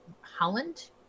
Holland